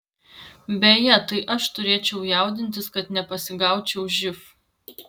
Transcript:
beje tai aš turėčiau jaudintis kad nepasigaučiau živ